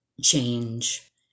change